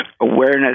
awareness